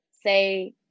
say